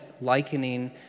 likening